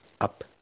up